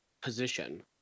position